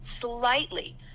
slightly